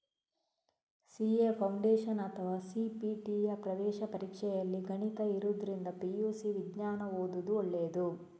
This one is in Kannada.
ಸಿ.ಎ ಫೌಂಡೇಶನ್ ಅಥವಾ ಸಿ.ಪಿ.ಟಿಯ ಪ್ರವೇಶ ಪರೀಕ್ಷೆಯಲ್ಲಿ ಗಣಿತ ಇರುದ್ರಿಂದ ಪಿ.ಯು.ಸಿ ವಿಜ್ಞಾನ ಓದುದು ಒಳ್ಳೇದು